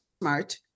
smart